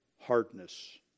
hardness